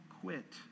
quit